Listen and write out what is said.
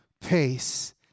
pace